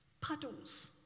puddles